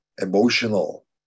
emotional